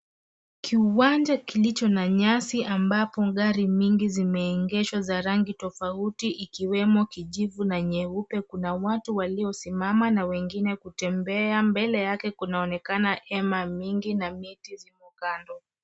Kiwanja kilicho na nyasi ambapo gari mingi zimeegeshwa za rangi tofauti ikiwemo kijivu na nyeupe. Kuna watu waliosimama na wengine kutembea. Mbele yake kunaonekana hema mingi na miti ziko kando.